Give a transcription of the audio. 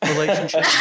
relationship